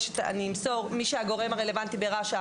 אשמח לתת את פרטיי לגורם הרלוונטי ברש"א.